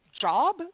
job